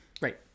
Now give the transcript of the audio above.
right